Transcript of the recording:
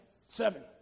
Seven